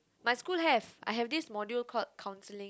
my school have I have this module called counselling